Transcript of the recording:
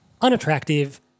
unattractive